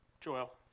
Joel